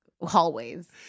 hallways